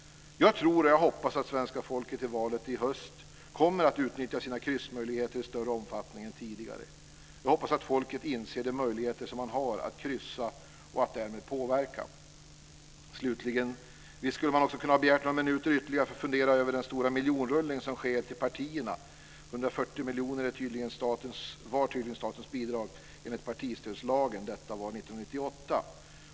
Jag tror och hoppas att svenska folket i valet i höst kommer att utnyttja sina kryssmöjligheter i större omfattning än tidigare. Jag hoppas att folket inser de möjligheter som man har att kryssa och att därmed påverka. Slutligen: Visst skulle jag också ha kunnat begära några minuters ytterligare talartid för att fundera över den stora miljonrullning som sker till partierna. 140 miljoner var tydligen statens bidrag enligt partistödslagen 1998.